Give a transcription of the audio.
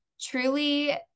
Truly